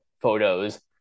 photos